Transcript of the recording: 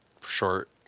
short